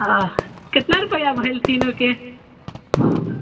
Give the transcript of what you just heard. ओ कितना रुपैआ भेल तीनोके